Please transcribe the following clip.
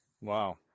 Wow